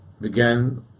began